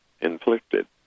inflicted